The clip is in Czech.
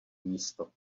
místo